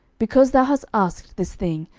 because thou hast asked this thing,